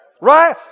Right